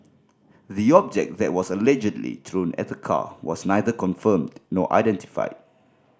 the object that was allegedly thrown at the car was neither confirmed nor identified